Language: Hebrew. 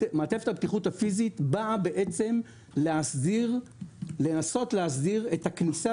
מעטפת הבטיחות הפיזית באה לנסות להסדיר את הכניסה